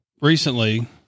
recently